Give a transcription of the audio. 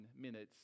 minutes